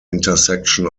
intersection